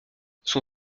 son